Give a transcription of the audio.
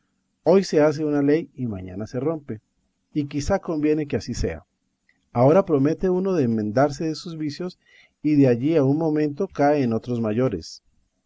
hoy se hace una ley y mañana se rompe y quizá conviene que así sea ahora promete uno de enmendarse de sus vicios y de allí a un momento cae en otros mayores